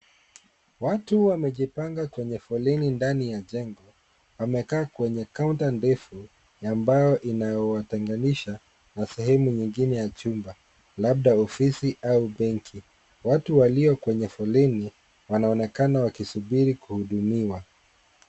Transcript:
Watu wamejipanga kwenye foleni ndani ya jengo wamekaa kwenye kaunta ndefu ambayo inawatenganisha na sehemu nyingine ya chumba labda ofisi au benki watu walio kwenye foleni wanaonekana wakisubiri kuhudumiwa.